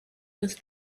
with